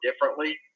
differently